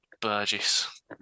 Burgess